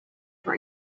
for